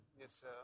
Yes